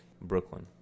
Brooklyn